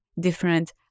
different